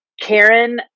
Karen